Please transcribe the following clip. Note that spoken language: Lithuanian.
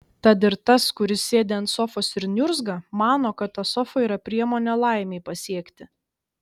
tad ir tas kuris sėdi ant sofos ir niurzga mano kad ta sofa yra priemonė laimei pasiekti